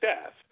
Staff